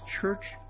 church